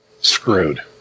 screwed